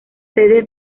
sede